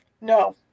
no